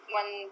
one